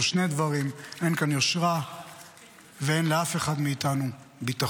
או שני דברים: אין כאן יושרה ואין לאף אחד מאיתנו ביטחון.